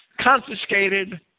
confiscated